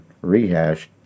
rehashed